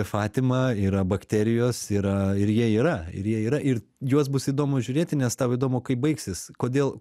fatima yra bakterijos yra ir jie yra ir jie yra ir juos bus įdomu žiūrėti nes tau įdomu kaip baigsis kodėl